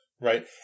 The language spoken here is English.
right